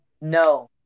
No